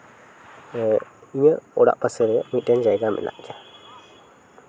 ᱤᱧᱟᱹᱜ ᱚᱲᱟᱜ ᱯᱟᱥᱮᱨᱮ ᱢᱤᱫᱴᱟᱱ ᱡᱟᱭᱜᱟ ᱢᱮᱱᱟᱜ ᱜᱮᱭᱟ